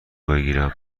بگیرم